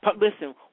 listen